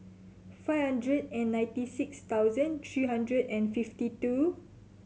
five hundred and ninety six thousand three hundred and fifty two